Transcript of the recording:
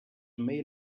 may